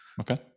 Okay